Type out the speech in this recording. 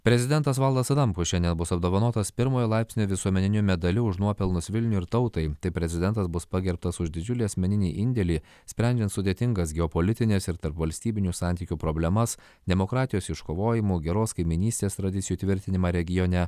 prezidentas valdas adamkus šiandien bus apdovanotas pirmojo laipsnio visuomeniniu medaliu už nuopelnus vilniui ir tautai taip prezidentas bus pagerbtas už didžiulį asmeninį indėlį sprendžiant sudėtingas geopolitines ir tarpvalstybinių santykių problemas demokratijos iškovojimu geros kaimynystės tradicijų įtvirtinimą regione